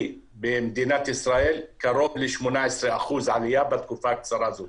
במדינת ישראל קרוב ל-18% עלייה בתקופה הקצרה הזאת.